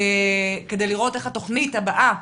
כדי לראות איך התוכנית הבאה,